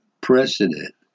precedent